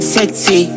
Sexy